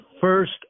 first